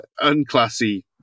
unclassy